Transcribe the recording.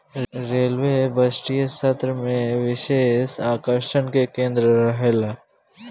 railway बजटीय सत्र में विशेष आकर्षण के केंद्र रहेला